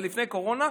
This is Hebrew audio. זה לפני הקורונה,